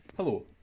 Hello